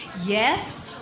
Yes